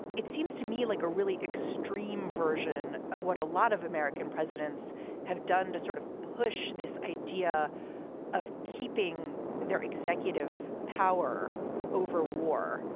it seems to me like a really extreme version of what a lot of american presidents have done to sort of push this idea of keeping their executive power over war.